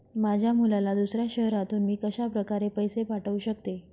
माझ्या मुलाला दुसऱ्या शहरातून मी कशाप्रकारे पैसे पाठवू शकते?